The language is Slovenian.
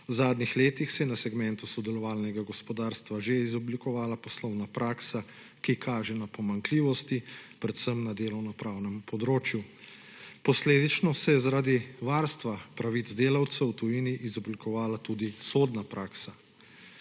V zadnjih letih se je na segmentu sodelovalnega gospodarstva že izoblikovala poslovna praksa, ki kaže na pomanjkljivosti, predvsem na delovnopravnem področju. Posledično se je zaradi varstva pravic delavcev v tujini izoblikovala tudi sodna praksa.